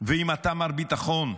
ואם אתה מר ביטחון,